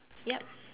yup